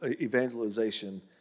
evangelization